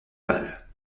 bal